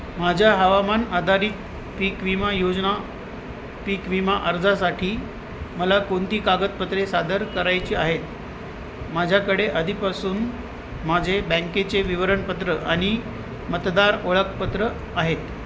माझ्या हवामान आधारित पीक विमा योजना पीक विमा अर्जासाठी मला कोणती कागदपत्रे सादर करायची आहेत माझ्याकडे आधीपासून माझे बँकेचे विवरणपत्र आणि मतदार ओळखपत्र आहेत